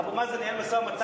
אבו מאזן ניהל משא-ומתן.